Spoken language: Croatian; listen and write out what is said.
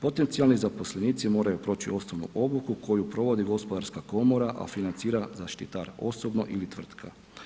Potencijalni zaposlenici moraju proći osnovnu obuku koju provodi gospodarska komora, a financira zaštitar osobno ili tvrtka.